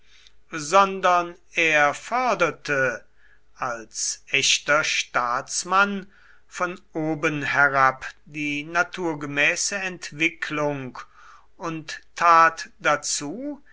sondern er förderte als echter staatsmann von oben herab die naturgemäße entwicklung und tat dazu